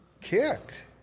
kicked